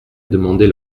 demander